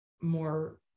more